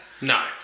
No